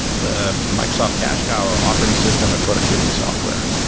and ah microsoft cash cow are operating system and productivity software.